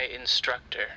instructor